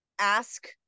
ask